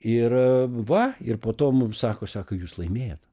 ir va ir po to mums sako sako jūs laimėjot